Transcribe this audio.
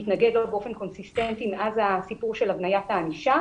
מתנגד לו באופן קונסיסטנטי מאז הסיפור של הבניית הענישה